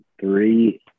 Three